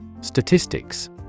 Statistics